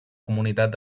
comunitat